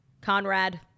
Conrad